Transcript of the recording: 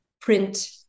print